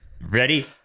Ready